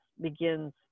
begins